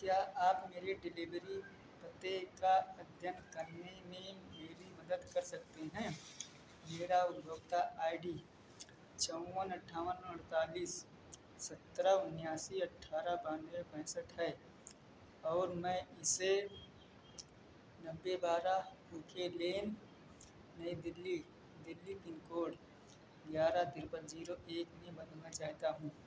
क्या आप मेरे डिलीवरी पते का अध्ययन करने में मेरी मदद कर सकते हैं मेरी उपभोक्ता आई डी चौवन अट्ठावन अड़तालीस सत्रह उनयासी अठारह बानवे पैंसठ है और मैं इसे नब्बे बारह ओक लेन नई दिल्ली दिल्ली पिन कोड ग्यारह ट्रिपल जीरो एक में बदलना चाहता हूँ